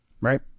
Right